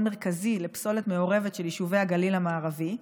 מרכזי לפסולת מעורבת של יישובי הגליל המערבי,